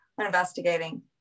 investigating